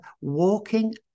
Walking